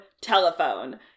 telephone